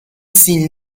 s’ils